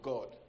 God